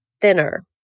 thinner